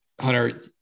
Hunter